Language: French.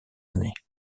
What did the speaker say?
années